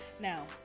Now